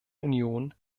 union